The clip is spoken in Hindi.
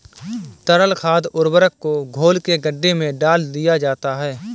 तरल खाद उर्वरक को घोल के गड्ढे में डाल दिया जाता है